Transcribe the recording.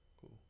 cool